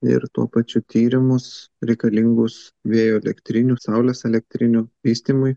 ir tuo pačiu tyrimus reikalingus vėjo elektrinių saulės elektrinių vystymui